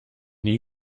nie